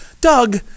Doug